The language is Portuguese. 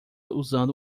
usando